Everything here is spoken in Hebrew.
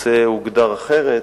הנושא הוגדר אחרת,